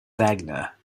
wagner